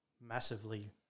massively